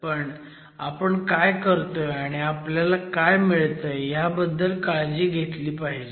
पण आपण काय करतोय आणि आपल्याला काय मिळतंय ह्याबद्दल काळजी घेतली पाहिजे